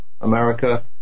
America